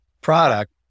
product